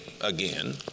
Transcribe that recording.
again